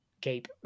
keep